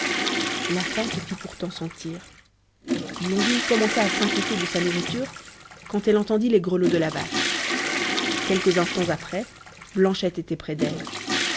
la faim se fit pourtant sentir blondine commença à s'inquiéter de sa nourriture quand elle entendit les grelots de la vache quelques instants après blanchette était près d'elle